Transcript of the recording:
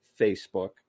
Facebook